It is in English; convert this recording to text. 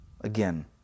Again